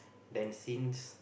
then since